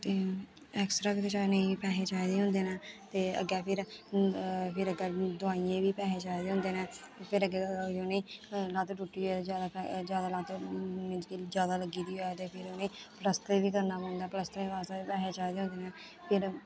ते ऐक्सरा खचाने गी पैहे चाहिदे होंदे न ते अग्गें फिर अग्गें फिर अग्गें दोआइयें गी पैसे चाहिदे होंदे न फिर अग्गें उ'नेंगी लत्त टुट्टी ओह् ऐ जादा लत्त मींस कि जैदा लग्गी दी होए ते फिर उ'नेंगी प्लस्तर बी करन पौंदा प्लस्तरै बास्तै बी पैसे चाहिदे होंदे न फिर